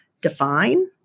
define